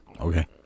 Okay